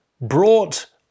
brought